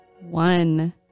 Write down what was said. one